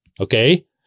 okay